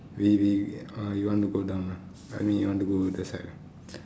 we we uh you want to go down ah I mean you want to go that side ah